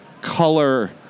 color